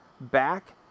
back